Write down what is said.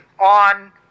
on